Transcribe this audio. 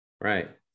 Right